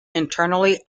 internally